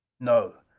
no.